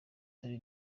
dore